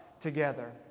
together